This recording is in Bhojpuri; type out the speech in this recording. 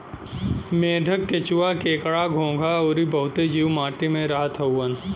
मेंढक, केंचुआ, केकड़ा, घोंघा अउरी बहुते जीव माटी में रहत हउवन